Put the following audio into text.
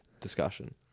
discussion